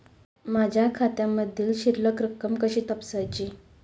माझ्या खात्यामधील शिल्लक रक्कम कशी तपासायची?